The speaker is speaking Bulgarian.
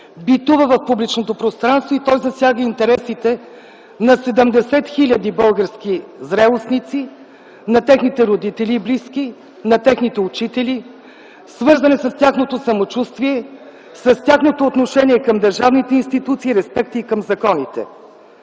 битува в публичното пространство и той засяга интересите на 70 хиляди български зрелостници, на техните родители и близки, на техните учители, свързан е с тяхното самочувствие, с тяхното отношение към държавните институции и респекта им към законите.